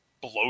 blow